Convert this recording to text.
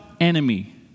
enemy